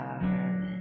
Darling